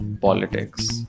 politics